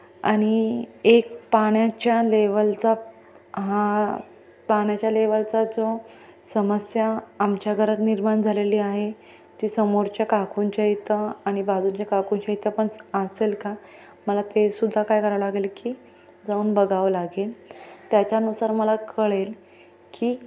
आणि एक पाण्याच्या लेवलचा हा पाण्याच्या लेवलचा जो समस्या आमच्या घरात निर्माण झालेली आहे ती समोरच्या काकुंच्या इथं आणि बाजूूच्या काकुंच्या इथं पण आ असेल का मला ते सुुद्धा काय करावं लागेल की जाऊन बघावं लागेल त्याच्यानुसार मला कळेल की